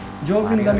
joint going